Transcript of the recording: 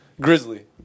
Grizzly